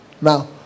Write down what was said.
Now